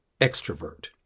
extrovert